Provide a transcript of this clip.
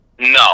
No